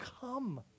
come